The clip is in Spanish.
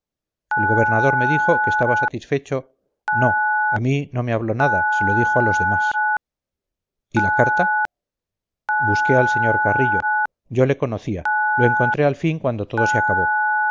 el gobernador me dijo que estaba satisfecho no a mí no me habló nada se lo dijo a los demás y la carta busqué al sr carrillo yo le conocía lo encontré al fin cuando todo se acabó